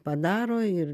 padaro ir